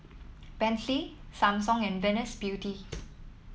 Bentley Samsung and Venus Beauty